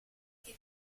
che